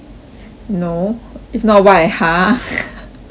no if not why I !huh!